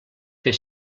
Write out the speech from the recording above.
fer